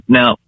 now